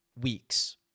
weeks